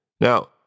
Now